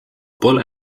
pole